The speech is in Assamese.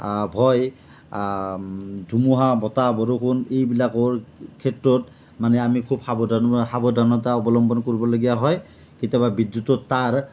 ভয় ধুমুহা বতাহ বৰষুণ এইবিলাকৰ ক্ষেত্ৰত মানে আমি খুব সাৱধানতা অৱলম্বন কৰিবলগীয়া হয় কেতিয়াবা বিদ্যুতৰ তাঁৰ